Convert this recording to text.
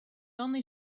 only